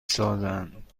سازند